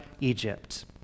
Egypt